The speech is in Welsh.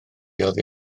oddi